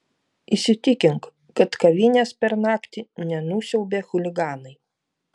įsitikink kad kavinės per naktį nenusiaubė chuliganai